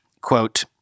Quote